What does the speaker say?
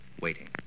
waiting